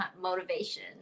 motivation